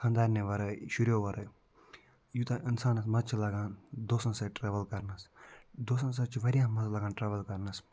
خانٛدارنہِ ورٲے شُریو وَرٲے یوٗتاہ اِنسانَس مَزٕ چھِ لگان دوستَن سۭتۍ ٹرٛاوٕل کَرنَس دوستَن سۭتۍ چھِ واریاہ مَزٕ لگان ٹرٛاوٕل کَرنَس